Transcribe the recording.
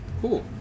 cool